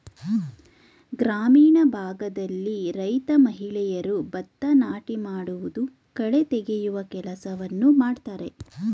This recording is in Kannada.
ಗ್ರಾಮೀಣ ಭಾಗದಲ್ಲಿ ರೈತ ಮಹಿಳೆಯರು ಭತ್ತ ನಾಟಿ ಮಾಡುವುದು, ಕಳೆ ತೆಗೆಯುವ ಕೆಲಸವನ್ನು ಮಾಡ್ತರೆ